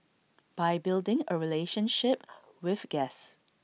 by building A relationship with guests